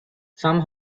some